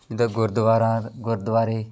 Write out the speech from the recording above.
ਜਿੱਦਾਂ ਗੁਰਦੁਆਰਾ ਗੁਰਦੁਆਰੇ